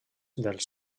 dels